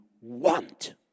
want